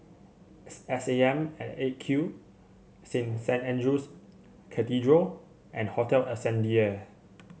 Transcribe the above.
S A M at Eight Q Saint Andrew's Cathedral and Hotel Ascendere